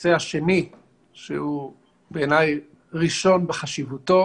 הנושא השני שהוא בעיניי ראשון בחשיבותו,